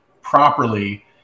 properly